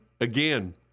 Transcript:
again